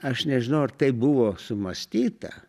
aš nežinau ar taip buvo sumąstyta